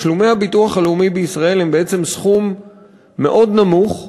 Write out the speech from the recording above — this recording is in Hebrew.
תשלומי הביטוח הלאומי בישראל הם בעצם סכום מאוד נמוך.